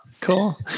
Cool